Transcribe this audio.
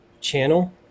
channel